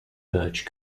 birch